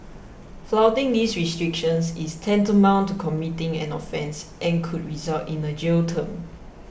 flouting these restrictions is tantamount to committing an offence and could result in a jail term